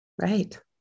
Right